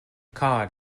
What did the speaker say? cod